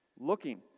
looking